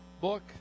book